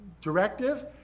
directive